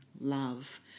love